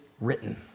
written